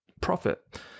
profit